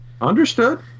Understood